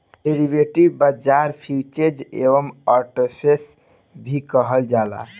derivative बाजार futures and option भी कहल जाला